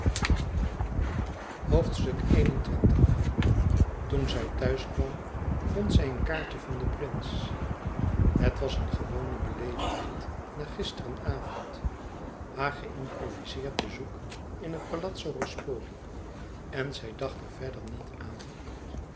toen zij thuis kwam vond zij een kaartje van den prins het was een gewone beleefdheid na gisteren-avond haar geimprovizeerd bezoek in het palazzo ruspoli en zij dacht er verder niet aan